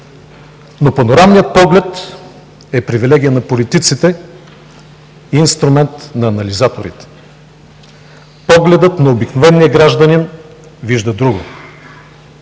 но панорамният поглед е привилегия на политиците, инструмент на анализаторите. Погледът на обикновения гражданин вижда друго.